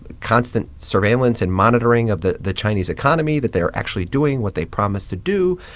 constant surveillance and monitoring of the the chinese economy that they're actually doing what they promised to do?